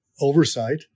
oversight